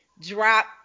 Drop